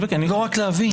לא, רק להבין.